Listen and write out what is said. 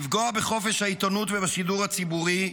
לפגוע בחופש העיתונות ובשידור הציבורי,